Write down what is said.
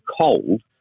cold